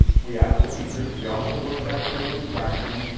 we asked the teachers. we also looked at behavioral infractions.